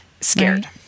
scared